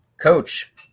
Coach